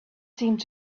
seemed